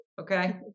Okay